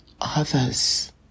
others